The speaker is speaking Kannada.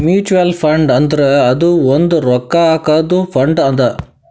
ಮ್ಯುಚುವಲ್ ಫಂಡ್ ಅಂದುರ್ ಅದು ಒಂದ್ ರೊಕ್ಕಾ ಹಾಕಾದು ಫಂಡ್ ಅದಾ